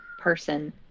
person